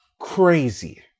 crazy